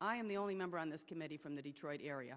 am the only member on this committee from the detroit area